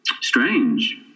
strange